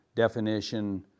definition